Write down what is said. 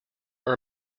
are